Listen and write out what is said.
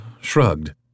shrugged